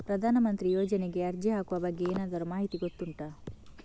ಪ್ರಧಾನ ಮಂತ್ರಿ ಯೋಜನೆಗೆ ಅರ್ಜಿ ಹಾಕುವ ಬಗ್ಗೆ ಏನಾದರೂ ಮಾಹಿತಿ ಗೊತ್ತುಂಟ?